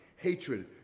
hatred